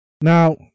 Now